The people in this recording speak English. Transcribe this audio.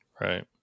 Right